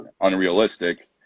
unrealistic